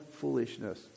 foolishness